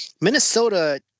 Minnesota